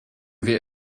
wir